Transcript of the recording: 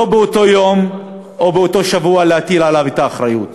אבל לא באותו יום או באותו שבוע להטיל עליו את האחריות.